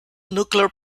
nuclear